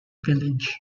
village